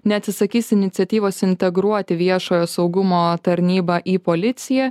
neatsisakys iniciatyvos integruoti viešojo saugumo tarnybą į policiją